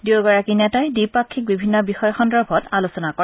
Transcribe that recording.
দুয়োগৰাকী নেতাই দ্বিপাক্ষিক বিভিন্ন বিষয় সন্দৰ্ভত আলোচনা কৰে